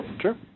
Sure